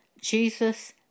Jesus